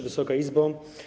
Wysoka Izbo!